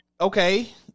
Okay